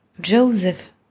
Joseph